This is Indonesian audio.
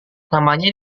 namanya